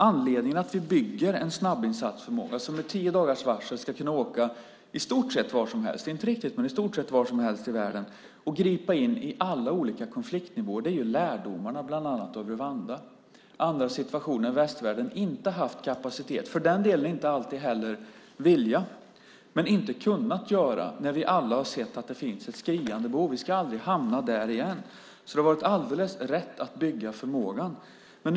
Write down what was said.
Anledningen till att vi bygger en snabbinsatsförmåga som med tio dagars varsel ska kunna åka i stort sett vart som helst i världen och gripa in på alla olika konfliktnivåer är lärdomarna bland annat från Rwanda och andra situationer där västvärlden inte har haft kapacitet, för den delen inte heller alltid vilja, och inte kunnat göra något när vi alla har sett att det funnits ett skriande behov. Vi ska aldrig hamna där igen. Det har varit alldeles rätt att bygga förmågan.